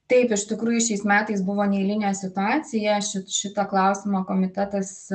taip iš tikrųjų šiais metais buvo neeilinė situacija šit šitą klausimą komitetas